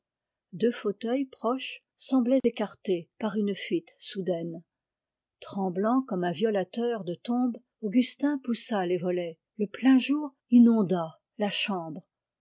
deux fauteuils proches semblaient écartés par une fuite soudaine tremblant comme un violateur de tombes augustin poussa les volets le plein jour inonda la chambre